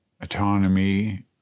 autonomy